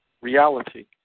reality